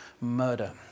murder